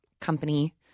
company